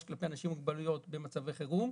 כלפי אנשים עם מוגבלויות במצבי חירום.